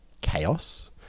chaos